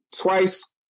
twice